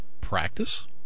practice